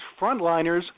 Frontliners